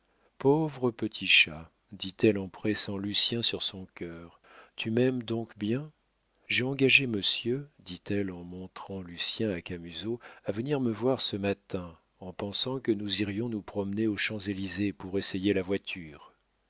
pauvre petit chat dit-elle en pressant lucien sur son cœur tu m'aimes donc bien j'ai engagé monsieur dit-elle en montrant lucien à camusot à venir me voir ce matin en pensant que nous irions nous promener aux champs-élysées pour essayer la voiture